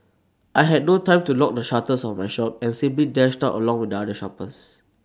I had no time to lock the shutters of my shop and simply dashed out along with other shoppers